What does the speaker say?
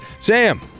Sam